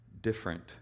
different